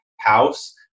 house